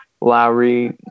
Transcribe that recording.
Lowry